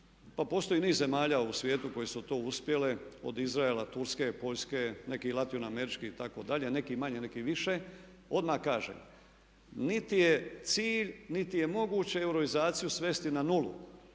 Pa postoji niz zemalja u svijetu koje su to uspjele od Izraela, Turske, Poljske, nekih latino američkih itd., neki manje, neki više. Odmah kažem, niti je cilj niti je moguće euroizaciju svesti na nulu.